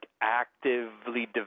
actively